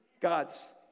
Gods